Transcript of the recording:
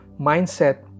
mindset